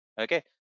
okay